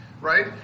right